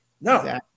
No